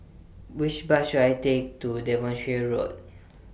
Which Bus should I Take to Devonshire Road